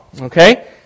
okay